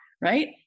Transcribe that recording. right